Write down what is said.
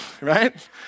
Right